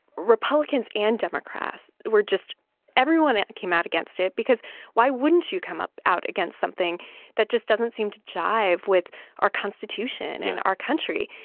republicans and democrats were just everyone came out against it because why wouldn't you come up out against something that just doesn't seem to jive with our constitution and our country?